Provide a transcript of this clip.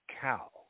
cow